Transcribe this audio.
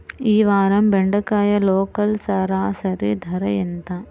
ఈ వారం బెండకాయ లోకల్ సరాసరి ధర ఎంత?